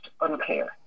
unclear